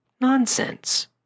Nonsense